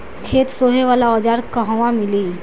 खेत सोहे वाला औज़ार कहवा मिली?